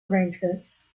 arrangements